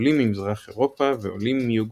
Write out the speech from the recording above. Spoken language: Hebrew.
עולים ממזרח אירופה ועולים מיוגוסלביה.